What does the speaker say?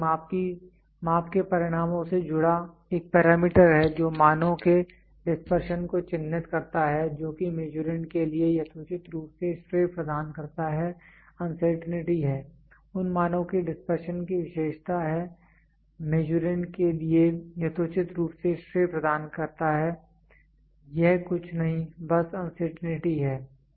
यह एक माप के परिणामों से जुड़ा एक पैरामीटर है जो मानों के डिस्पर्शन को चिह्नित करता है जो कि मीसुरंड के लिए यथोचित रूप से श्रेय प्रदान करता है अनसर्टेंटी है उन मानों के डिस्पर्शन की विशेषता है मीसुरंड के लिए यथोचित रूप से श्रेय प्रदान करता है कुछ नहीं बस अनसर्टेंटी है